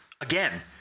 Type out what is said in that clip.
again